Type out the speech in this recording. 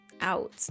out